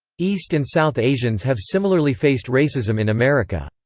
east and south asians have similarly faced racism in america.